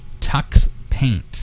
tuxpaint